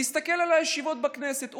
תסתכל על הישיבות בכנסת,